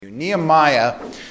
Nehemiah